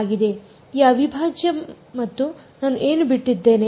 ಆಗಿದೆ ಈ ಅವಿಭಾಜ್ಯ ಮತ್ತು ನಾನು ಏನು ಬಿಟ್ಟಿದ್ದೇನೆ